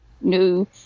No